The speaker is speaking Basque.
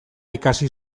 ikasi